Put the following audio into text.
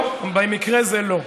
לא, במקרה הזה לא.